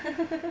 呵呵